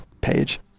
page